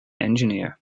engineer